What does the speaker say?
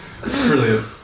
Brilliant